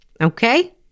Okay